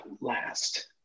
last